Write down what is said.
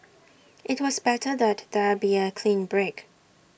IT was better that there be A clean break